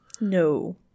No